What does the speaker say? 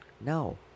No